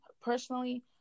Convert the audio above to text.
personally